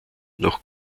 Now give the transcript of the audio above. noch